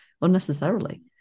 unnecessarily